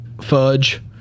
Fudge